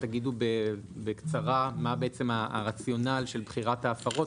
תגידו בקצרה מה בעצם הרציונל של בחירת ההפרות,